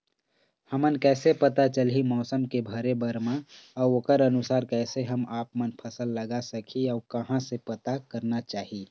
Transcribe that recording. हमन कैसे पता चलही मौसम के भरे बर मा अउ ओकर अनुसार कैसे हम आपमन फसल लगा सकही अउ कहां से पता करना चाही?